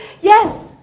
yes